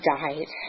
died